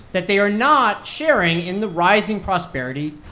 that they are not sharing in the rising prosperity,